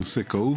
נושא כאוב